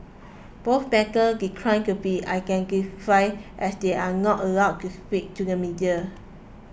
both bankers declined to be identified as they are not allowed to speak to the media